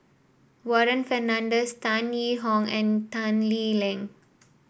Warren Fernandez Tan Yee Hong and Tan Lee Leng